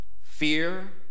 fear